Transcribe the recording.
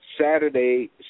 Saturday